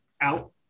out